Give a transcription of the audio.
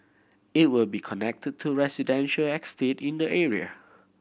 it will be connected to residential estate in the area